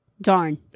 darn